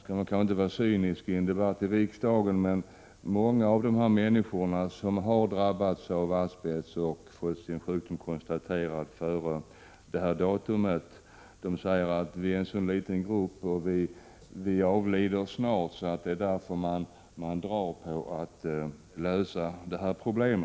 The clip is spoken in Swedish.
Man skall inte vara cynisk i en debatt i riksdagen, men många av de människor som har drabbats av asbest och fått sin sjukdom konstaterad före detta datum säger att de utgör en så liten grupp och snart kommer att avlida och att det är därför man inte vill lösa detta problem.